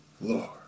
Lord